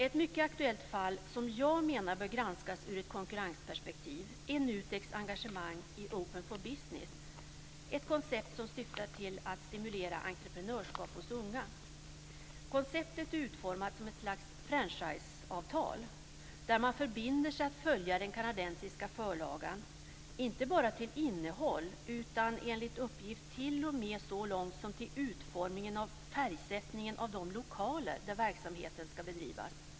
Ett mycket aktuellt fall som jag menar bör granskas ur konkurrensperspektiv är NUTEK:s engagemang i Open for Business. Det är ett koncept som syftar till att stimulera entreprenörskap hos unga. Konceptet är utformat som ett slags franchiseavtal där man förbinder sig att följa den kanadensiska förlagan inte bara till innehåll utan enligt uppgift t.o.m. så långt som till utformningen och färgsättningen av de lokaler där verksamheten ska bedrivas.